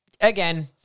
again